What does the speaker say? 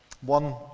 One